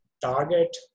Target